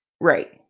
Right